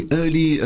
early